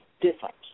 different